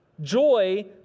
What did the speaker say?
Joy